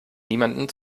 niemandem